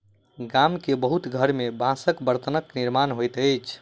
गाम के बहुत घर में बांसक बर्तनक निर्माण होइत अछि